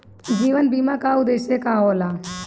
जीवन बीमा का उदेस्य का होला?